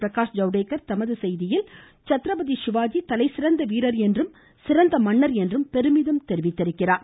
பிரகாஷ் ஜவ்டேகர் தமது செய்தியில் சத்திரபதி சிவாஜி தலை சிறந்த வீரர் என்றும் சிறந்த மன்னர் என்றும் பெருமிதம் தெரிவித்துள்ளார்